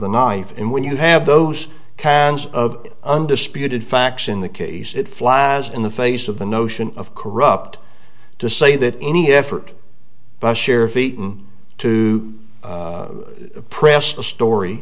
the knife and when you have those kinds of undisputed facts in the case it flies in the face of the notion of corrupt to say that any effort by sheriff eaton to press the story